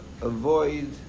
avoid